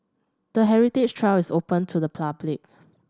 the heritage trail is open to the public